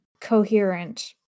coherent